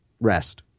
Rest